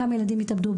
כמה ילדים התאבדו,